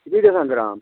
سُہ کٔہۍ گژھان گرٛام